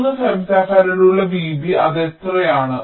3 ഫെംറ്റോഫാരഡുള്ള vB അത് എത്രയാണ്